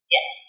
Yes